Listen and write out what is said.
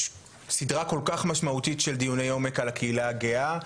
סדרה כל כך משמעותית של דיוני עומק על הקהילה הגאה,